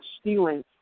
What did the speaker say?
stealing